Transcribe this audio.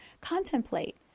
contemplate